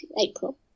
April